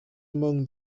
among